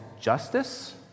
justice